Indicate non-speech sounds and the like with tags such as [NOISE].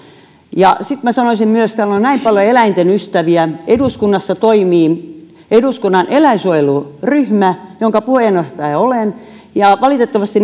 sitten sanoisin myös kun täällä on näin paljon eläinten ystäviä eduskunnassa toimii eduskunnan eläinsuojeluryhmä jonka puheenjohtaja olen valitettavasti [UNINTELLIGIBLE]